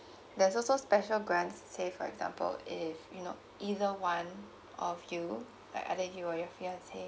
there's also special grants say for example if you know either one of you like either you or your fiance